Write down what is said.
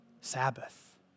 Sabbath